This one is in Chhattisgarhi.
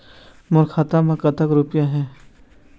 मोर खाता मैं कतक रुपया हे?